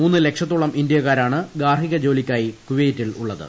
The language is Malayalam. മൂന്ന് ലക്ഷത്തോള് ഇന്ത്യക്കാരാണ് ഗാർഹിക ജോലിക്കായി കുവൈറ്റിൽ ഉള്ളത്